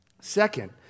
Second